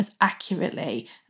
accurately